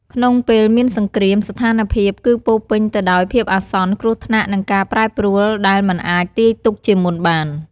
ក្នុងពេលមានសង្គ្រាម ស្ថានភាពគឺពោរពេញទៅដោយភាពអាសន្ន គ្រោះថ្នាក់ និងការប្រែប្រួលដែលមិនអាចទាយទុកជាមុនបាន។